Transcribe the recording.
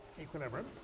equilibrium